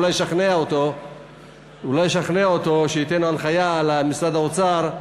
אולי אשכנע אותו שייתן הנחיה למשרד האוצר,